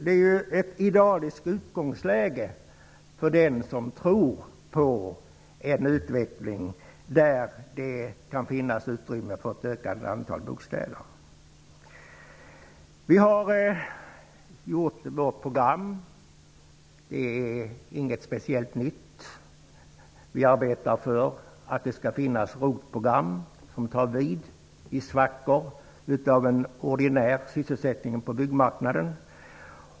Det är ju ett idealiskt utgångsläge för den som tror på en utveckling där det kan finnas utrymme för ett ökat antal bostäder. Vi har utformat vårt program, och det är inget speciellt nytt. Vi arbetar för att det skall finnas ROT-program som tar vid i svackor av en ordinär sysselsättning på byggmarknaden.